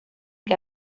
que